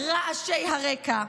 רעשי הרקע,